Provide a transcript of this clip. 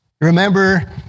Remember